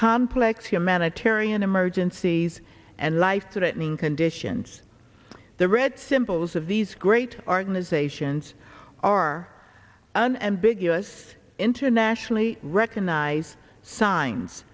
complex humanitarian emergencies and life threatening conditions the red symbols of these great art is asians are an ambiguous internationally recognized signs